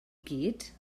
gyd